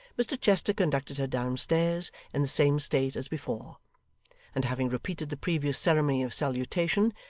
mr chester conducted her downstairs in the same state as before and having repeated the previous ceremony of salutation,